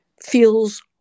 feels